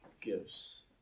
gifts